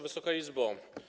Wysoka Izbo!